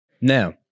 Now